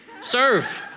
Serve